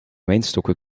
wijnstokken